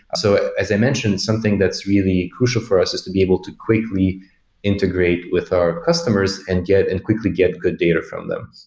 so, as i mentioned, something that's really crucial for us is to be able to quickly integrate with our customers and and quickly get good data from them.